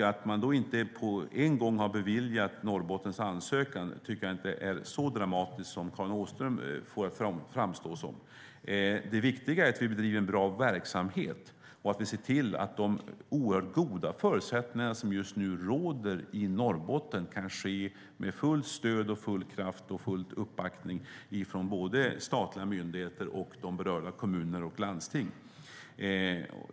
Att man då inte på en gång har beviljat Norrbottens ansökan tycker jag inte är så dramatiskt som Karin Åström får det att framstå som. Det viktiga är att vi bedriver en bra verksamhet och att vi ser till att de oerhört goda förutsättningar som just nu råder i Norrbotten kan utvecklas med fullt stöd och full kraft och uppbackning från både statliga myndigheter och berörda kommuner och landsting.